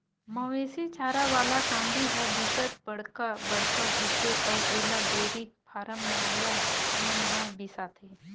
मवेशी चारा वाला कांदी ह बिकट बड़का बड़का होथे अउ एला डेयरी फारम वाला मन ह बिसाथे